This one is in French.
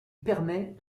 permet